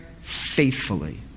faithfully